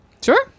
sure